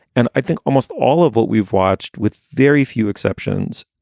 and i think almost all of what we've watched, with very few exceptions,